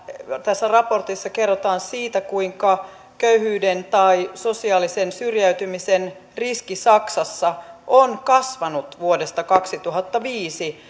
tässä raportissa kerrotaan kuinka köyhyyden tai sosiaalisen syrjäytymisen riski saksassa on kasvanut vuodesta kaksituhattaviisi